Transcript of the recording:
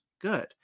Good